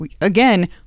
Again